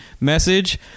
message